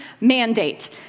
mandate